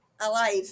alive